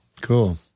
cool